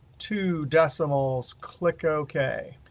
two decimals, click ok.